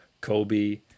Kobe